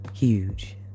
huge